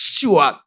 sure